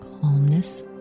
calmness